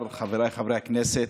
חברי הכנסת,